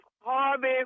Harvey